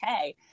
okay